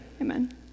amen